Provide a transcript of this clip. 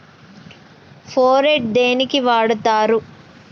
Phorate దేనికి వాడుతరు?